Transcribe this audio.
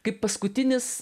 kaip paskutinis